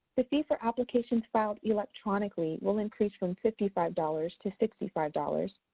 the fee for application filed electronically will increase from fifty five dollars to sixty five dollars.